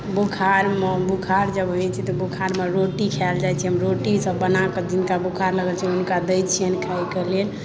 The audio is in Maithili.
बुखारमे बुखार जब होइ छै तऽ बुखारमे रोटी खाएल जाइ छै हम रोटी सभ बनाकऽ जिनका बोखार लागल छै हुनका देइ छियनि खायके लेल